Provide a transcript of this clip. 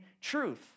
truth